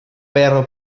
però